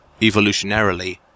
evolutionarily